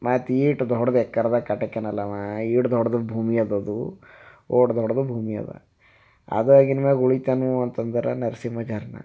ಮತ್ತು ಇಷ್ಟು ದೊಡ್ಡದು ಎಕರ್ದಾಗ ಕಟ್ಯಾಕ್ಯಾನಲ್ಲ ಅವ ಇಷ್ಟು ದೊಡ್ಡದು ಭೂಮಿ ಇದೆ ಅದು ಅಷ್ಟು ದೊಡ್ಡದು ಭೂಮಿ ಇದೆ ಅದಾಗಿನ ಮ್ಯಾಲೆ ಉಳಿತೇನು ಅಂತಂದ್ರೆ ನರಸಿಂಹ ಝಾರನಾ